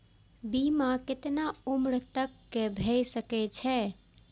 बीमा केतना उम्र तक के भे सके छै?